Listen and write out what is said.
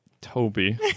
Toby